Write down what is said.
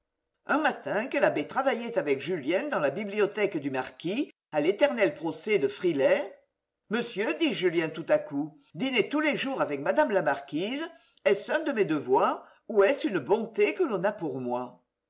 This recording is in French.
un matin que l'abbé travaillait avec julien dans la bibliothèque du marquis à l'éternel procès de frilair monsieur dit julien tout à coup dîner tous les jours avec mme la marquise est-ce un de mes devoirs ou est-ce une bonté que l'on a pour moi